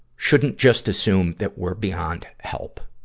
shouldn't just assume that we're beyond help.